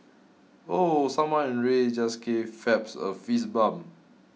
ooh someone in red just gave Phelps a fist bump